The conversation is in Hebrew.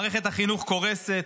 מערכת החינוך קורסת,